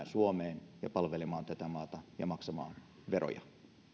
suomeen ja palvelemaan tätä maata ja maksamaan veroja